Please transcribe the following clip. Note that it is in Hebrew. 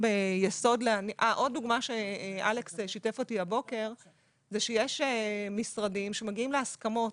עוד דוגמה שאלכס שיתף אותי הבוקר - יש משרדים שמגיעים להסכמות,